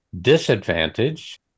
disadvantage